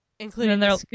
Including